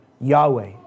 Yahweh